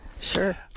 Sure